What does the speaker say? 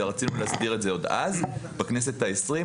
ורצינו להסדיר את זה עוד בכנסת העשרים,